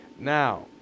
Now